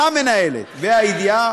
המנהלת בה"א הידיעה,